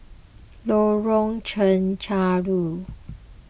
Lorong Chencharu